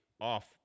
off